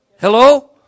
Hello